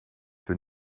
für